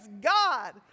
God